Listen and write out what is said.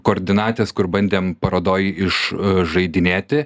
koordinatės kur bandėm parodoj išžaidinėti